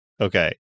Okay